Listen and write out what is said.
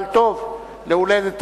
2. מתי